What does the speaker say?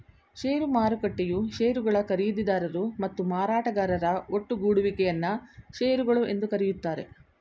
ಷೇರು ಮಾರುಕಟ್ಟೆಯು ಶೇರುಗಳ ಖರೀದಿದಾರರು ಮತ್ತು ಮಾರಾಟಗಾರರ ಒಟ್ಟುಗೂಡುವಿಕೆ ಯನ್ನ ಶೇರುಗಳು ಎಂದು ಕರೆಯುತ್ತಾರೆ